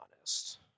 honest